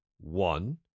One